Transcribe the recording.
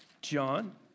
John